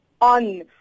on